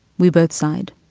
we both sighed